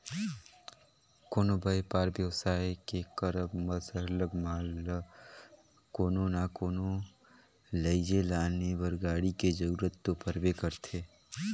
कोनो बयपार बेवसाय के करब म सरलग माल ल कोनो ना कोनो लइजे लाने बर गाड़ी के जरूरत तो परबे करथे